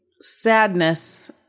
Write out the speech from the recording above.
sadness